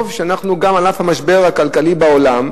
טוב שאנחנו, על אף המשבר הכלכלי בעולם,